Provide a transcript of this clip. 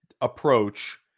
approach